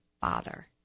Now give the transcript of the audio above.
father